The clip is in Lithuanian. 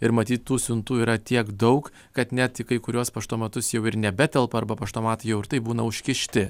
ir matyt tų siuntų yra tiek daug kad net kai į kuriuos paštomatus jau ir nebetelpa arba paštomatai jau ir taip būna užkišti